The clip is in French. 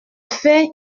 fait